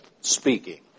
speaking